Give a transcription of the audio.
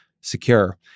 secure